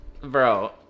Bro